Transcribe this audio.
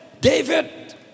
David